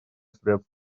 средств